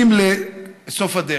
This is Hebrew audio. את מספר המגיעים לסוף הדרך,